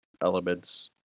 elements